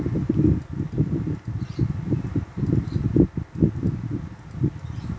s